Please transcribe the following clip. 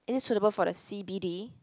is it suitable for the c_b_d